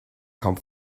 come